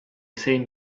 same